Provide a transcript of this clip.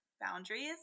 boundaries